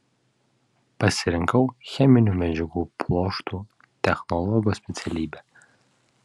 pasirinkau cheminių medžiagų pluoštų technologo specialybę